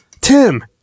Tim